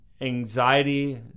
anxiety